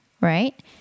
right